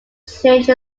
changed